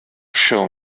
shown